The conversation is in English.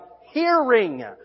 hearing